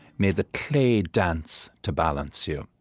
may the clay dance to balance you.